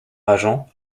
agent